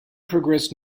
progressed